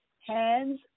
Hands